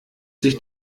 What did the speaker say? sich